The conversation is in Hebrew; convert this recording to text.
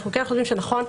אנחנו כן חושבים שנכון,